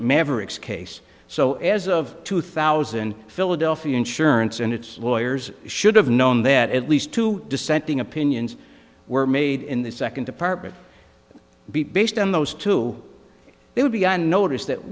mavericks case so as of two thousand philadelphia insurance and its lawyers should have known that at least two dissenting opinions were made in the second department be based on those two they would be on notice that